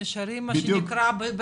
נשארים מה שנקרא,